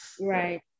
Right